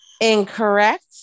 Incorrect